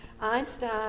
Einstein